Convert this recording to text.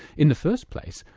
in the first place,